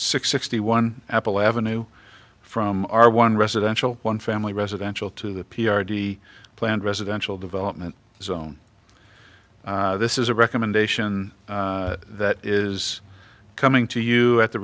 t sixty one apple avenue from our one residential one family residential to the p r the planned residential development zone this is a recommendation that is coming to you at the